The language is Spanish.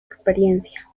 experiencia